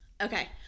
okay